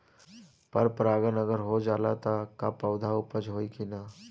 पर परागण अगर हो जाला त का पौधा उपज होई की ना?